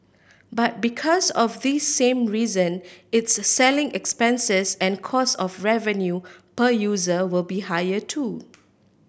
but because of this same reason its selling expenses and cost of revenue per user will be higher too